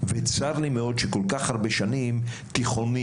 וצר לי מאוד שכל כך הרבה שנים תיכונים